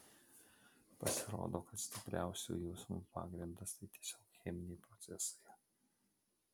pasirodo kad stipriausių jausmų pagrindas tai tiesiog cheminiai procesai